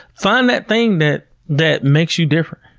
find that thing that that makes you different.